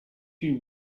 you